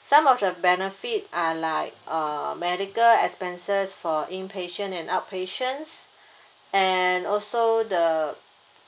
some of the benefit are like uh medical expenses for inpatient and outpatients and also the